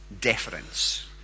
deference